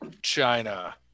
China